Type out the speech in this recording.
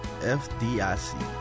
FDIC